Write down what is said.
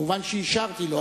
מובן שאישרתי לו,